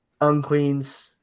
Uncleans